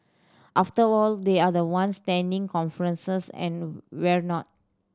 after all they are the ones tending conferences and whatnot